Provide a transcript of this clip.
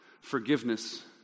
forgiveness